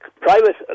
private